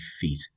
Feet